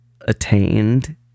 attained